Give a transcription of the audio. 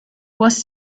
was